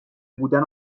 بودن